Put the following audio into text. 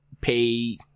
pay